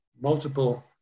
multiple